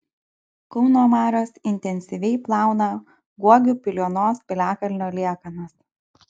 kauno marios intensyviai plauna guogių piliuonos piliakalnio liekanas